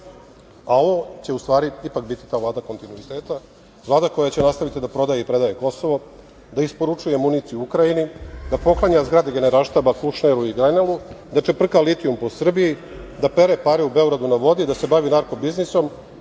a ovo će, u stvari, ipak biti ta Vlada kontinuiteta, Vlada koja će nastaviti da prodaje i predaje Kosovo, da isporučuje municiju Ukrajini, da poklanja zgrade Generalštaba Kušneru i Grenelu, da čeprka litijum po Srbiji, da pere pare u „Beogradu na vodi“, da se bavi narko biznisom,